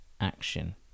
action